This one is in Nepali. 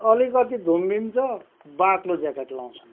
अलिकति धुम्मिन्छ बाक्लो ज्याकेट लाउँछन्